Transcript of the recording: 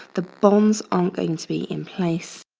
the bonds aren't going to be in place.